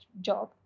job